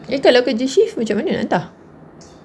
eh kalau kerja shift macam mana nak hantar